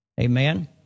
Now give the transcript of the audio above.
Amen